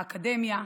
האקדמיה,